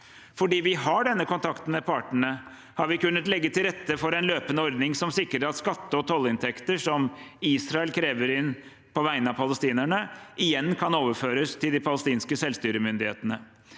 Fordi vi har denne kontakten med partene, har vi kunnet legge til rette for en løpende ordning som sikrer at skatte- og tollinntekter som Israel krever inn på vegne av palestinerne, igjen kan overføres til de palestinske selvstyremyndighetene.